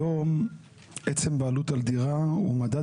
היום עצם בעלות על דירה הוא מדד